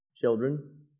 children